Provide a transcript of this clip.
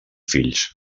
fills